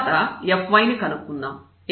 తర్వాత Fy ని కనుక్కుందాం